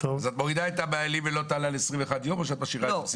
אז את מורידה את "ולא תעלה על 21 ימים" או משאירה את זה?